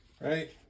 right